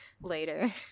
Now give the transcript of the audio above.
later